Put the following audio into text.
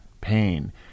pain